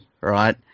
right